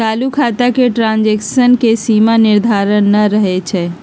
चालू खता में ट्रांजैक्शन के सीमा निर्धारित न रहै छइ